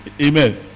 amen